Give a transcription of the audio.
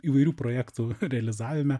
įvairių projektų realizavime